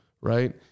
right